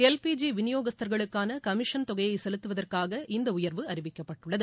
L P G விநியோகஸ்தர்களுக்கான commission தொகையை செலுத்துவதற்காக இந்த உயர்வு அறிவிக்கப்பட்டுள்ளது